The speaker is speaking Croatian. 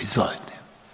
Izvolite.